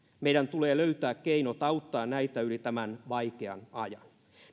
meidän tulee löytää keinot auttaa näitä yli tämän vaikean ajan